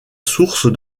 source